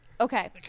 Okay